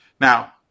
Now